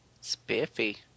Spiffy